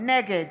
נגד